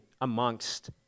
amongst